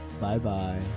Bye-bye